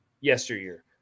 yesteryear